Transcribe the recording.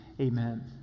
amen